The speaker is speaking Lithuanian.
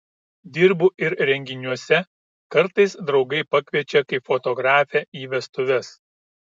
dirbu ir renginiuose kartais draugai pakviečia kaip fotografę į vestuves